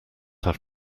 have